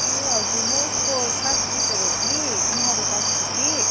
ए हजुर म उसको क्लास टिचर हो कि नेहारिका छेत्री